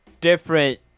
different